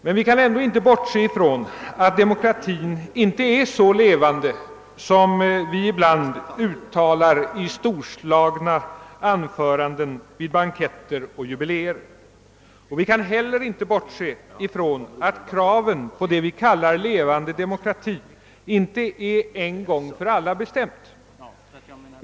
Men vi kan ändå inte bortse från att demokratin inte är så levande som vi ibland säger 1 storslagna anföranden vid banketter och jubileer. Vi kan heller inte bortse från att kraven på det vi kallar levande demokrati inte är en gång för alla bestämda.